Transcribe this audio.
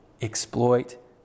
exploit